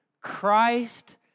Christ